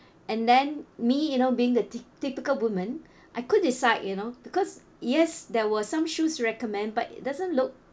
and then me you know being the ty~ typical woman I couldn't decide you know because yes there were some shoes recommend but it doesn't look